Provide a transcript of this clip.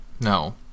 no